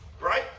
right